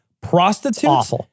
prostitutes